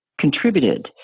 contributed